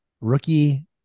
Rookie